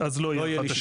אז לא יהיה לי.